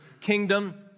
kingdom